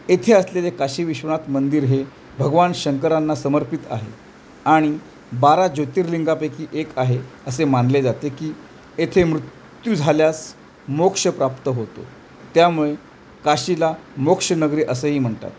येथे असलेले काशी विश्वनाथ मंदिर हे भगवान शंकरांना समर्पित आहे आणि बारा ज्योतिर्लिंगापैकी एक आहे असे मानले जाते की येथे मृत्यू झाल्यास मोक्ष प्राप्त होतो त्यामुळे काशीला मोक्ष नगरी असंही म्हणतात